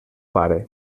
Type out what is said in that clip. pare